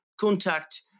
contact